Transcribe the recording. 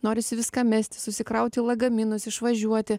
norisi viską mesti susikrauti lagaminus išvažiuoti